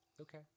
Okay